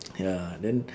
ya then